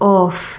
off